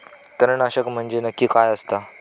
तणनाशक म्हंजे नक्की काय असता?